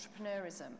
entrepreneurism